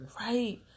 Right